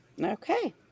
Okay